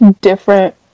different